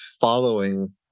following